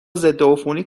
ضدعفونی